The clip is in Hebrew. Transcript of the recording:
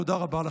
תודה רבה לכם.